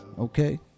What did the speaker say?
Okay